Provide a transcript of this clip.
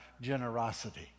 generosity